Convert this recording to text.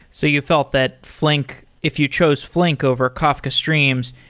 so you felt that flink, if you chose flink over kafka streams,